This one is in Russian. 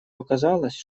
оказалось